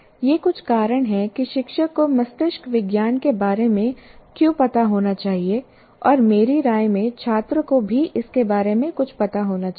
ये कुछ कारण हैं कि शिक्षक को मस्तिष्क विज्ञान के बारे में क्यों पता होना चाहिए और मेरी राय में छात्र को भी इसके बारे में कुछ पता होना चाहिए